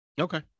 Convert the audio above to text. Okay